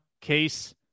Case